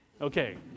Okay